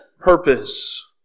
purpose